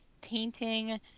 painting